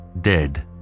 dead